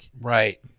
Right